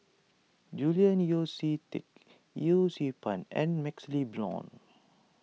Julian Yeo See Teck Yee Siew Pun and MaxLe Blond